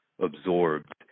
absorbed